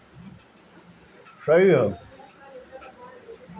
छोट मोट ठेला वाला से लेके बड़ दुकानदार भी इ आई.डी बनवले बाने